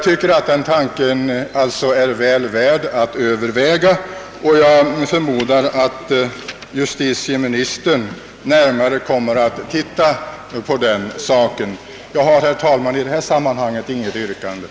Tanken är i varje fall väl värd att överväga, och jag förmodar, att justitieministern närmare kommer att undersöka denna fråga. Herr talman! Jag har inget yrkande i detta sammanhang.